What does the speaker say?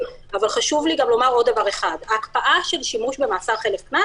אבל חשוב לי גם לומר עוד דבר אחד: ההקפאה של שימוש במאסר חלף קנס